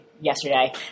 yesterday